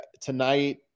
tonight